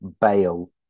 bail